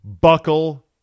Buckle